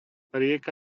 rieka